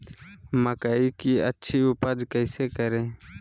मकई की अच्छी उपज कैसे करे?